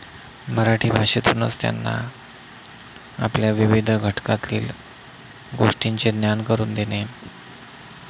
मराठी भाषेतूनच त्यांना आपल्या विविध घटकातील गोष्टींचे ज्ञान करून देणे